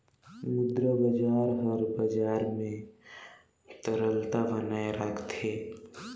मुद्रा बजार हर बजार में तरलता बनाए राखथे